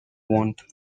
want